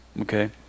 okay